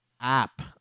app